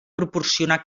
proporcionar